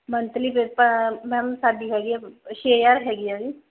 monthly ਤਾਂ ma'am ਸਾਡੀ ਹੈਗੀ ਆ ਛੇ ਹਜ਼ਾਰ ਹੈਗੀ ਆ ਜੀ